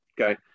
Okay